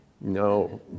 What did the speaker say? no